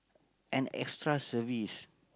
and extra service